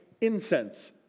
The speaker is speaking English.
incense